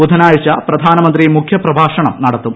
ബുധനാഴ്ച്ച് പ്രധാനമന്ത്രി മുഖ്യ പ്രഭാഷണം നടത്തും